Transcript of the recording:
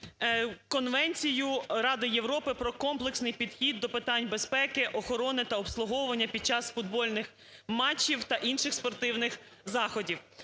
Конвенцію Ради Європи про комплексний підхід до питань безпеки, охорони та обслуговування під час футбольних матчів та інших спортивних заходів.